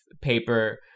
paper